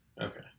Okay